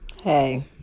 Hey